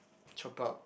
chop out